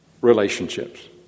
relationships